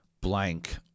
blank